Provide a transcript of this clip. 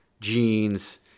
jeans